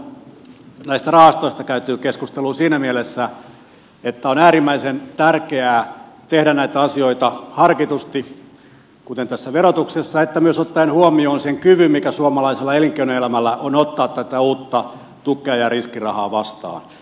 palaisin ehkä vielä tuohon näistä rahastoista käytyyn keskusteluun siinä mielessä että on äärimmäisen tärkeää tehdä näitä asioita harkitusti kuten tässä verotuksessa myös ottaen huomioon sen kyvyn mikä suomalaisella elinkeinoelämällä on ottaa tätä uutta tukea ja riskirahaa vastaan